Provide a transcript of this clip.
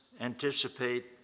anticipate